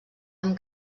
amb